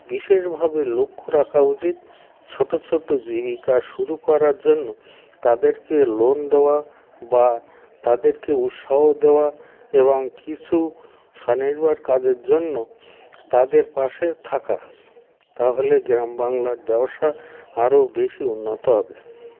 বিশেষভাবে লক্ষ্য রাখা উচিত ছোটো ছোটো জীবিকা শুরু করার জন্য তাদেরকে লোন দেওয়া বা তাদেরকে উৎসাহ দেওয়া এবং কিছু স্বনির্ভর কাজের জন্য তাদের পাশে থাকা তাহলে গ্রামবাংলার ব্যবসা আরও বেশি উন্নত হবে